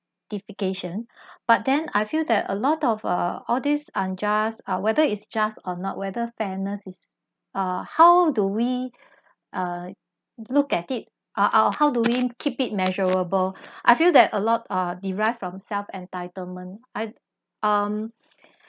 tification but then I feel that a lot of uh all this unjust ah whether it's just or not whether fairness is uh how do we uh look at it uh uh how do we keep it measurable I feel that a lot are derived from self-entitlement I um